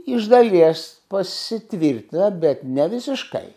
iš dalies pasitvirtina bet nevisiškai